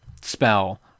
spell